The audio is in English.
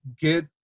get